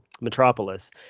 metropolis